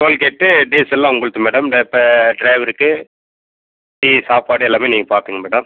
tollgate டீசல்லாம் உங்களுது madam இந்த இப்போ ட்ரைவருக்கு டீ சாப்பாடு எல்லாமே நீங்கள் பார்த்துங்க மேடம்